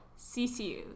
CCU